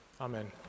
Amen